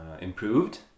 improved